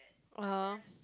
uh [huh]